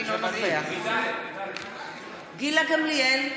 אינו נוכח גילה גמליאל,